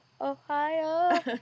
Ohio